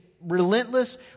relentless